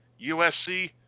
USC